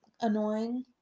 annoying